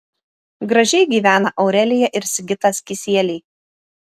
gražiai gyvena aurelija ir sigitas kisieliai